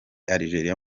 algeria